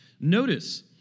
Notice